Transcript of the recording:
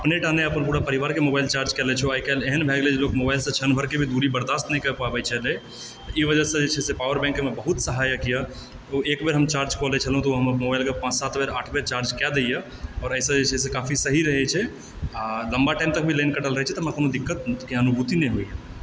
अपनेटा नहि अपन पूरा परिवारके मोबाइल चार्ज कए लय छियै आइ काल्हि एहन भए गेलय जे लोक मोबाइलसँ क्षण भरि के भी दूरी बरदास्त नहि कए पाबैत छलह ई वजहसँ जे छै से पावरबैंक एहिमे बहुत सहायकए ओ एकबेर हम चार्ज कऽ लय छलहुँ तऽ ओ हमर मोबाइलके पाँच सात बेर आठ बेर चार्ज कए दयए आओर एहिसँ जे छै काफी सही रहैत छै आ लम्बा टाइम तक भी लाइन कटल रहैत छै तऽ हमरा कोनो दिक्कतके अनुभूति नहि होइए